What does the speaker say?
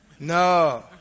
No